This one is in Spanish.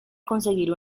conseguir